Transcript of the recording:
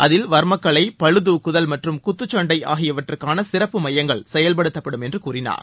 அதில் வர்மக் கலை பளு தூக்குதல் மற்றும் குத்துச்சண்டை ஆகியவற்றுக்கான சிறப்பு மையங்கள் செயல்படும் என்று கூறினார்